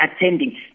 attending